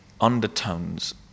undertones